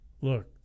Look